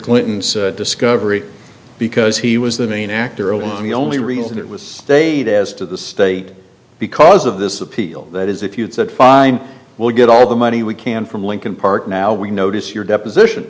clinton's discovery because he was the main actor and the only reason it was stated as to the state because of this appeal that is if you'd said fine we'll get all the money we can from lincoln park now we notice your deposition